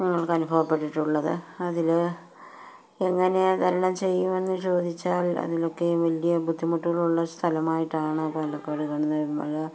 ഞങ്ങൾക്ക് അനുഭവപ്പെട്ടിട്ടുള്ളത് അതിനെ എങ്ങനെ തരണം ചെയ്യുമെന്ന് ചോദിച്ചാൽ അതിലൊക്കെ വലിയ ബുദ്ധിമുട്ടുകളുള്ള സ്ഥലമായിട്ടാണ് പാലക്കാട്